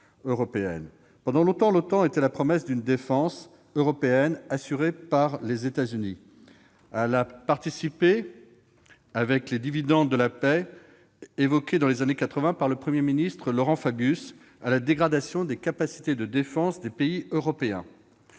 Pendant longtemps, l'OTAN représentait la promesse d'une protection assurée par les États-Unis. Elle a participé, avec les « dividendes de la paix », évoqués dans les années 1980 par le Premier ministre Laurent Fabius, à la dégradation des capacités de défense des pays européens.